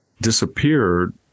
disappeared